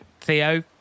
Theo